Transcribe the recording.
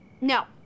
No